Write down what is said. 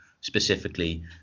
specifically